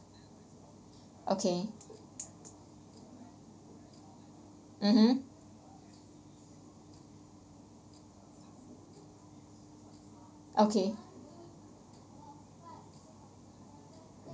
okay mmhmm okay